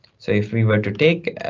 so if we were to take,